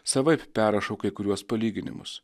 savaip perrašo kai kuriuos palyginimus